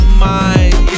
mind